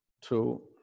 Two